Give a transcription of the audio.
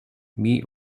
meat